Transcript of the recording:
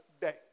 day